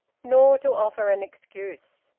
nor to offer an excuse.